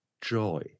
joy